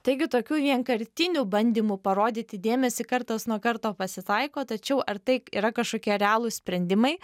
taigi tokių vienkartinių bandymų parodyti dėmesį kartas nuo karto pasitaiko tačiau ar tai yra kažkokie realūs sprendimai